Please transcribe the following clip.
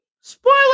Spoiler